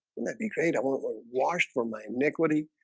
would that be great? i sort of ah washed for my iniquity.